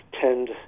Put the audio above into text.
tend